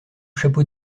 chapeau